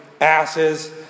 asses